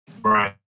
Right